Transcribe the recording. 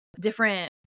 Different